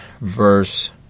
verse